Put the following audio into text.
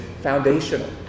foundational